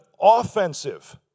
offensive